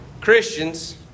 Christians